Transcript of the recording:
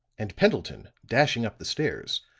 and pendleton, dashing up the stairs,